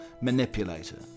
manipulator